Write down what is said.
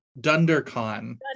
Dundercon